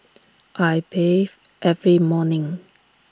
I bathe every morning